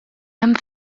hemm